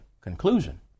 conclusion